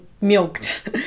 milked